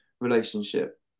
relationship